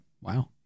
Wow